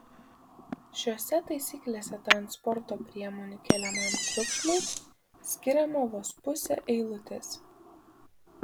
šiose taisyklėse transporto priemonių keliamam triukšmui skiriama vos pusė eilutės